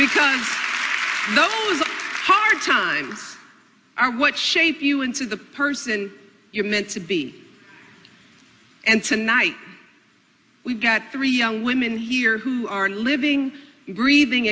because those hard times are what shaped you into the person you're meant to be and tonight we've got three young women here who are living breathing